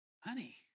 Honey